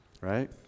right